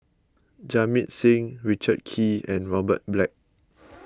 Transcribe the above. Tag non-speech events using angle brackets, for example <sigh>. Jamit Singh Richard Kee and Robert Black <noise>